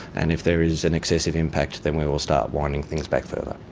and if there is an excessive impact then we'll we'll start winding things back further.